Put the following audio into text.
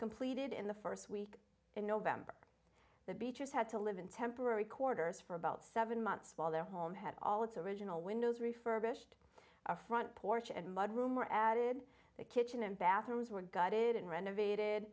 completed in the first week in november the beaches had to live in temporary quarters for about seven months while their home had all its original windows refurbished our front porch and mud room were added the kitchen and bathrooms were gutted and renovated